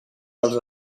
dels